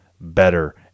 better